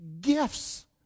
gifts